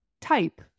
type